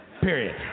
Period